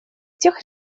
тех